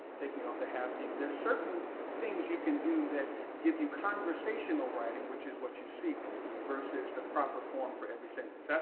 taking off the have you. there are certain things you can do that give you conversational writing which is what you seek versus the proper form for every sentence,